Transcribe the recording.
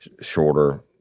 shorter